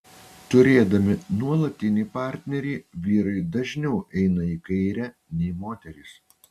turėdami nuolatinį partnerį vyrai dažniau eina į kairę nei moterys